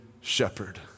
shepherd